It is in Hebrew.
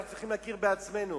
אנחנו צריכים להכיר בעצמנו.